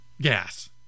gas